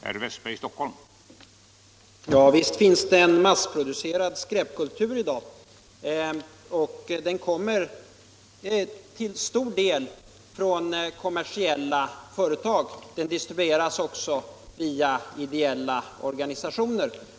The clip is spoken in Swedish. Herr talman! Visst finns det massproducerad skräpkultur i dag. Den kommer till stor del från kommersiella företag. Den distribueras också via ideella organisationer.